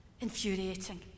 infuriating